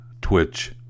twitch